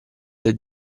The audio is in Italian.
dai